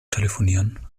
telefonieren